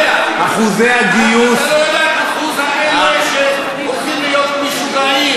אתה לא יודע את אחוז אלה שהולכים להיות משוגעים,